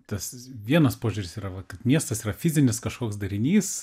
tas vienas požiūris yra va kad miestas yra fizinis kažkoks darinys